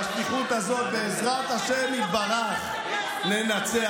עם השליחות הזאת, בעזרת השם יתברך, ננצח.